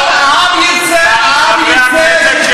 לא את זה אמרתי.